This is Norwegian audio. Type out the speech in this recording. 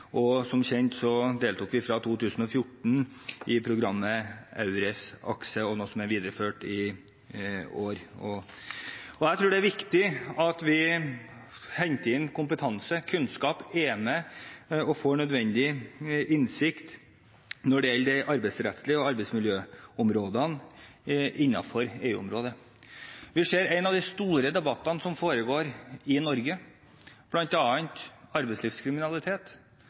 Som kjent deltok vi fra 2014 i programmet EURES-akse, noe som er videreført i år. Jeg tror det er viktig at vi henter inn kompetanse og kunnskap, er med og får nødvendig innsikt når det gjelder det arbeidsrettslige og arbeidsmiljøområdene innenfor EU-området. Vi ser at en av de store debattene som foregår i Norge, bl.a. er om arbeidslivskriminalitet.